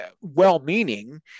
well-meaning